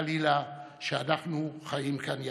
חלילה, שאנחנו חיים כאן יחד.